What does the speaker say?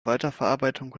weiterverarbeitung